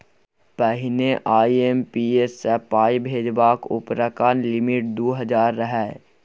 पहिने आइ.एम.पी.एस सँ पाइ भेजबाक उपरका लिमिट दु लाख रहय